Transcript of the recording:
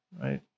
Right